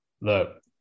look